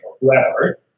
whoever